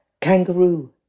kangaroo